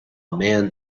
man